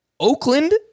Oakland